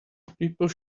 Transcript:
people